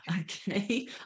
okay